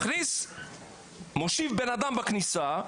מושיב בן אדם בכניסה,